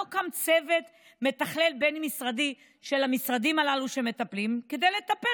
לא קם צוות מתכלל בין-משרדי של המשרדים הללו שמטפלים כדי לטפל